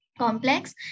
complex